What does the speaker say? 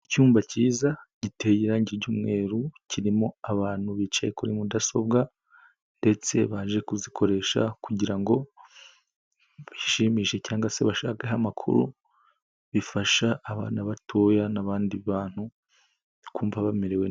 Icyumba cyiza giteye irange ry'umweru kirimo abantu bicaye kuri mudasobwa ndetse baje kuzikoresha kugira ngo bishimishe cyangwa se bashakeho amakuru bifasha abana batoya n'abandi bantu kumva bamerewe.